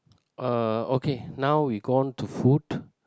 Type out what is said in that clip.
(uh)okay now we go on to food